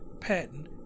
patent